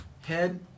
head